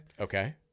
Okay